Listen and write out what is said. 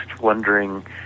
wondering